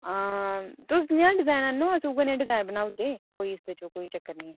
तुस जनेहा डिजाइन आह्नेओ उ'ऐ नेहा डिजाइन बनाई ओड़गे कोई इस च कोई ओह् चक्कर नेईं ऐ